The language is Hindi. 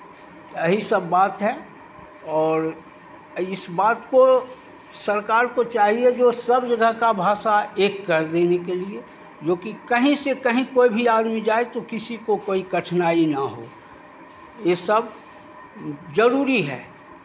यही सब बात है और इस बात को सरकार को चाहिए जो सब जगह का भाषा एक कर देने के लिये जो कि कहीं से कहीं कोई भी आदमी जाए तो किसी को कोई कठनाई ना हो ये सब जरूरी है